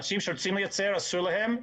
מי שרוצים לייצר, אסור להם?